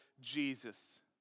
Jesus